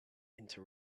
into